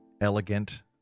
elegant